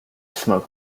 smoke